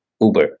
Uber